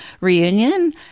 reunion